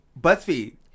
BuzzFeed